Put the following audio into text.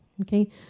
Okay